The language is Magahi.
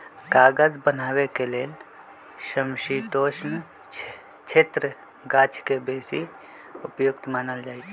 कागज बनाबे के लेल समशीतोष्ण क्षेत्रके गाछके बेशी उपयुक्त मानल जाइ छइ